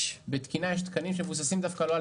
בתקינה יש תקנים שמבוססים דווקא לא על